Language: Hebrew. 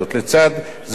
לצד זאת,